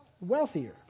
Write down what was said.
wealthier